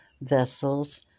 vessels